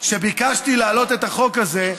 כשביקשתי להעלות את החוק הזה,